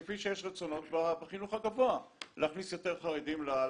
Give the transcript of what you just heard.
כפי שיש רצונות בחינוך הגבוה להכניס יותר חרדים לאקדמיה,